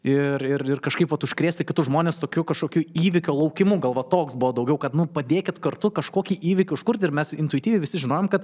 ir ir ir kažkaip vat užkrėsti kitus žmones tokiu kažkokiu įvykio laukimu gal va toks buvo daugiau kad nu padėkit kartu kažkokį įvykį užkurt ir mes intuityviai visi žinojom kad